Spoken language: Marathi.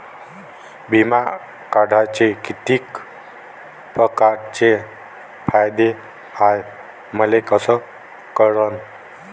बिमा काढाचे कितीक परकारचे फायदे हाय मले कस कळन?